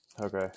Okay